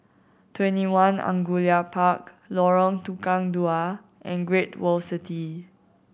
TwentyOne Angullia Park Lorong Tukang Dua and Great World City